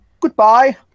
goodbye